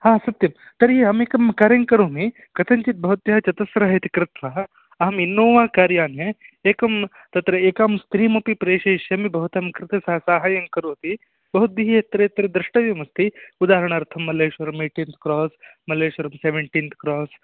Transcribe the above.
सत्यं तर्हि अहमेकं कार्यं करोमि कथञ्चित् भवत्याः चतस्रः इति कृत्वा अहम् इन्नोवा कार् याने एकं तत्र एकां स्रीमपि प्रेषयिष्यामि भवतां कृते सह साहाय्यं करोति भवद्भिः यत्र यत्र द्रष्टव्यमस्ति उदाहरणार्थं Malleshwaram eighteenth cross Malleshwaram seventeenth cross